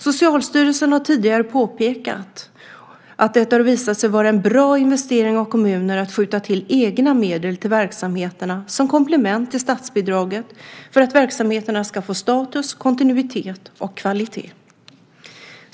Socialstyrelsen har tidigare påpekat att det har visat sig vara en bra investering av kommuner att skjuta till egna medel till verksamheterna som komplement till statsbidraget för att verksamheterna ska få status, kontinuitet och kvalitet.